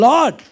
Lord